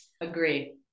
Agree